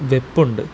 വെപ്പുണ്ട്